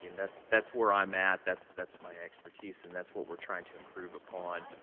you know that's that's where i'm at. that's that's my expertise, and that's what we're trying to improve upon.